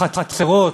בחצרות,